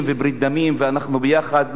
ואנחנו יחד מלפני קום המדינה,